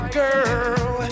girl